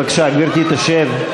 בבקשה, גברתי תשב.